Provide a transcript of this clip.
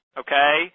okay